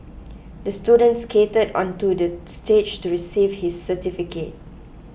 the student skated onto the stage to receive his certificate